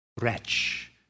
wretch